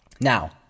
Now